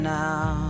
now